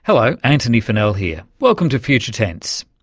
hello antony funnell here. welcome to future tense.